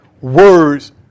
Words